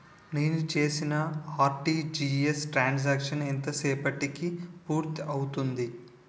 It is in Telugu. నేను చేసిన ఆర్.టి.జి.ఎస్ త్రణ్ సాంక్షన్ ఎంత సేపటికి పూర్తి అవుతుంది?